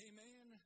Amen